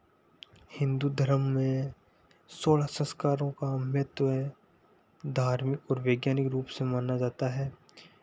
हिन्दू धर्म में सोलह संस्कारो का महत्व है धार्मिक और वैज्ञानिक रूप से माना जाता है